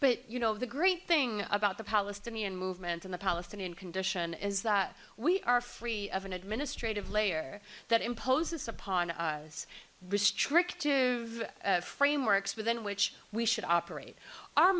but you know the great thing about the palestinian movement in the palestinian condition is that we are free of an administrative layer that imposes upon restrictive frameworks within which we should operate our